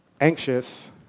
anxious